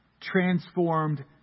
transformed